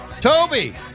Toby